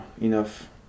enough